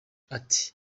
ati